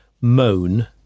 moan